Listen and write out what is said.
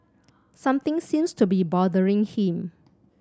something seems to be bothering him